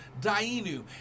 Dainu